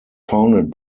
founded